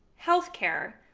healthcare,